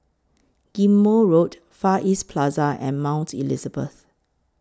Ghim Moh Road Far East Plaza and Mount Elizabeth